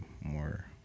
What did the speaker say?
more